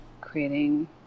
creating